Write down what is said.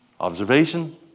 Observation